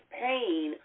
pain